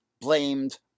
blamed